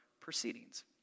proceedings